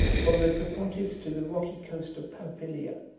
from the propontis to the rocky coast of pamphylia,